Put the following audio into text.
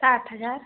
साठ हजार